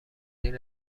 این